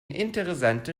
interessante